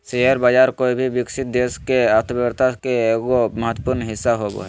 share बाज़ार कोय भी विकसित देश के अर्थ्व्यवस्था के एगो महत्वपूर्ण हिस्सा होबो हइ